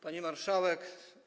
Pani Marszałek!